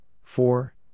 four